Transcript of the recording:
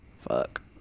Fuck